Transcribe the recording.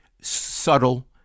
subtle